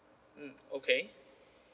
mm okay